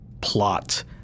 plot